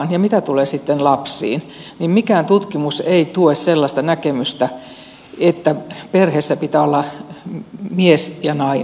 ja mitä tulee sitten lapsiin niin mikään tutkimus ei tue sellaista näkemystä että perheessä pitää olla mies ja nainen